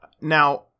Now